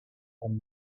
and